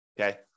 okay